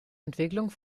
entwicklung